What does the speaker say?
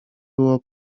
było